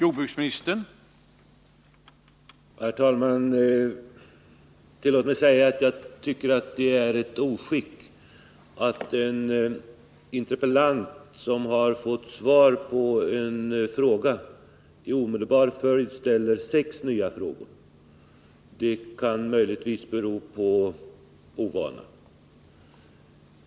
Herr talman! Tillåt mig säga att jag tycker att det är ett oskick att en interpellant som har fått svar på en fråga i omedelbar följd ställer sex nya frågor. Det kan möjligtvis bero på ovana.